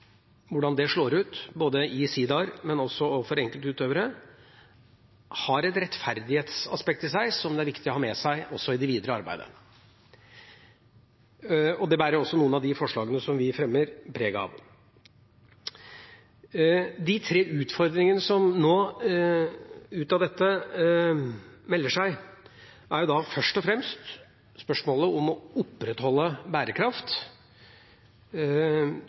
hvordan det slår ut, både i sidaer overfor enkelte utøvere, har et rettferdighetsaspekt i seg som det er viktig å ha med seg også i det videre arbeidet. Det bærer også noen av de forslagene som vi fremmer, preg av. De tre utfordringene som melder seg ut fra dette, er først og fremst spørsmålet om å opprettholde bærekraft.